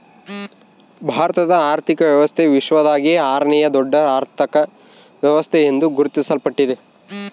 ಭಾರತದ ಆರ್ಥಿಕ ವ್ಯವಸ್ಥೆ ವಿಶ್ವದಾಗೇ ಆರನೇಯಾ ದೊಡ್ಡ ಅರ್ಥಕ ವ್ಯವಸ್ಥೆ ಎಂದು ಗುರುತಿಸಲ್ಪಟ್ಟಿದೆ